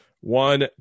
one